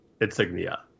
Insignia